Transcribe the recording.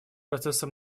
процесса